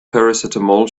paracetamol